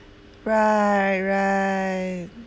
right right